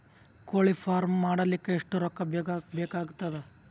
ಕೋಳಿ ಫಾರ್ಮ್ ಮಾಡಲಿಕ್ಕ ಎಷ್ಟು ರೊಕ್ಕಾ ಬೇಕಾಗತದ?